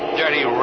dirty